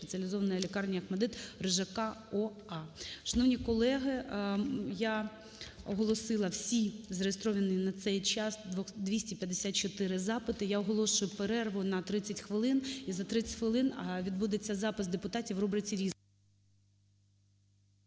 спеціалізованої лікарні "ОХМАТДИТ" Рижака О.А. Шановні колеги! Я оголосила всі зареєстровані на цей час 254 запити. Я оголошую перерву на 30 хвилин. І за 30 хвилин відбудеться запис депутатів в рубриці "Різне".